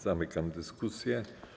Zamykam dyskusję.